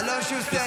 אלון שוסטר,